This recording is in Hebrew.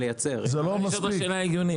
אני שואלת אותך שאלה הגיונית.